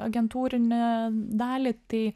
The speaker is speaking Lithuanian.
agentūrinę dalį tai